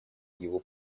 его